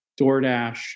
DoorDash